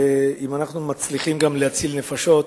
אם אנחנו מצליחים להציל נפשות,